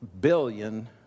billion